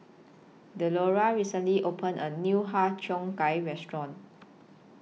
Delora recently opened A New Har Cheong Gai Restaurant